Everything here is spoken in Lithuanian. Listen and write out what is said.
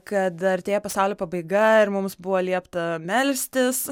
kad artėja pasaulio pabaiga ir mums buvo liepta melstis